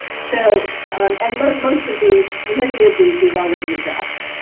so and but most of these, many of these we've already addressed.